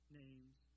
name's